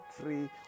three